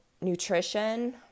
nutrition